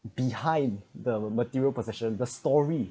behind the material possession the story